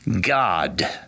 God